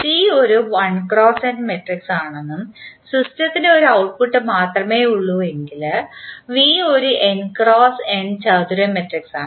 C ഒരു 1 × n matrix ആണെന്നും സിസ്റ്റത്തിന് ഒരു ഔട്ട്പുട്ട് മാത്രമേ ഉള്ളൂ വെങ്കിൽ V ഒരു n × n ചതുര മാട്രിക്സാണ്